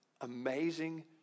amazing